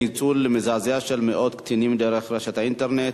ניצול מזעזע של מאות קטינים דרך רשת האינטרנט,